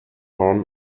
worn